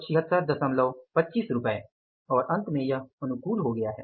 37625 रुपए और अंत में यह अनुकूल हो गया है